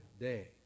day